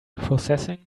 processing